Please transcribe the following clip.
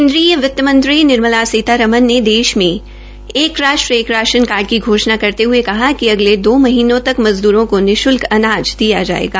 केन्द्रीय वितमंत्री श्रीमती निर्मला सीमारमन ने देश में एक राष्ट्र एक राशन कार्ड की घोषणा करते हये कहा है कि अगले दो महीनों तक मजदूरों को निशुल्क अनाज दिया जायेगा